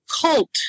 Cult